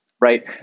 right